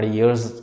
years